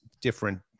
different